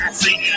see